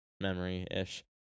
memory-ish